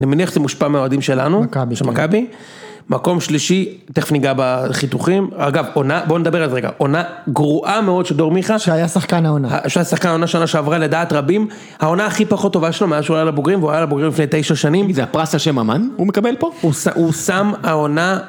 אני מניח שזה מושפע מהאוהדים שלנו, של מכבי. מקום שלישי, תכף ניגע בחיתוכים. אגב, עונה, בוא נדבר על זה רגע. עונה גרועה מאוד של דור מיכה. שהיה שחקן העונה. שהיה שחקן העונה שנה שעברה לדעת רבים. העונה הכי פחות טובה שלו מאז שהוא היה לבוגרים, והוא עלה לבוגרים לפני תשע שנים. זה הפרס על שם אמן, הוא מקבל פה. הוא שם העונה...